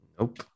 Nope